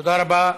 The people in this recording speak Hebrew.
תודה רבה.